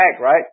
right